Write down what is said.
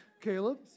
Caleb